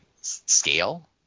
Scale